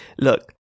look